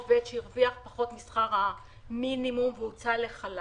עובד שהרוויח פחות משכר המינימום והוצא לחל"ת